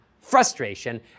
frustration